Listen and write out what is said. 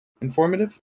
Informative